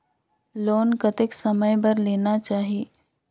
Loan कतेक समय बर लेना चाही?